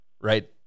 right